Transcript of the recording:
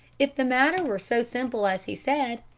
if the matter were so simple as he said,